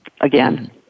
again